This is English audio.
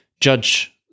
judge